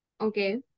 okay